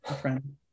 friend